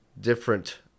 different